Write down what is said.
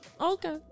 Okay